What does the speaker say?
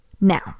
now